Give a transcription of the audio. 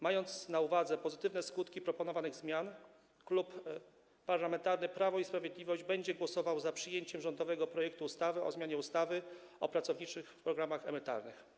Mając na uwadze pozytywne skutki proponowanych zmian, Klub Parlamentarny Prawo i Sprawiedliwość będzie głosował za przyjęciem rządowego projektu ustawy o zmianie ustawy o pracowniczych programach emerytalnych.